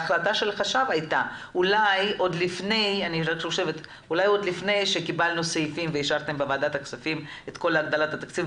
לפגיעה עוד יותר קשה בחולים האונקולוגיים ולצערנו העגלה עומדת במקום.